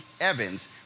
Evans